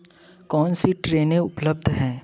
कौनसी ट्रेनें उपलब्ध हैं